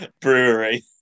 Brewery